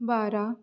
बारा